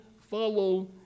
follow